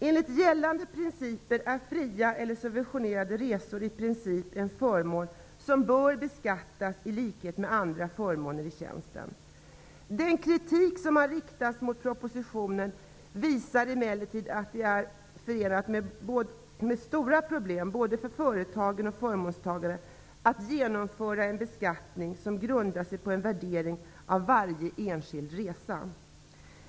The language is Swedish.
Enligt gällande principer är fria eller subventionerade resor i princip en förmån som bör beskattas i likhet med andra förmåner i tjänsten. Den kritik som har riktats mot propositionen visar emellertid att det är förenat med stora problem både för företagen och förmånstagare att genomföra en beskattning som grundar sig på en värdering av varje enskild resa.